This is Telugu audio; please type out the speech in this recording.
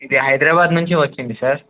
ఇది హైదరాబాద్ నుంచి వచ్చింది సార్